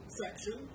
section